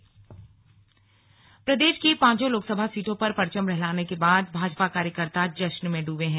slug Bhajpa जश्न प्रदेश की पांचों लोकसभा सीटों पर परचम लहराने के बाद भाजपा कार्यकर्ता जश्न में डुबे हैं